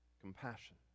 Compassion